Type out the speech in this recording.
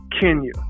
Kenya